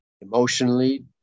emotionally